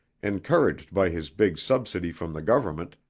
encouraged by his big subsidy from the government,